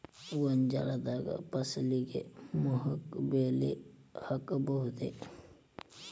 ಗೋಂಜಾಳ ಫಸಲಿಗೆ ಮೋಹಕ ಬಲೆ ಹಾಕಬಹುದೇ?